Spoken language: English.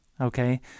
okay